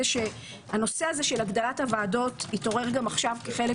שהנושא של הגדלת הוועדות התעורר גם עכשיו כחלק